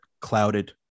clouded